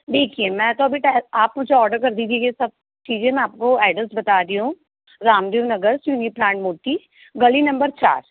देखिए में तो अभी ट्या आप मुझे ऑर्डर कर दीजिए यह सब चीज़ें में आपको आइडेस बताती हूँ रामदेव नगर प्लांट मोती गली नम्बर चार